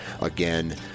again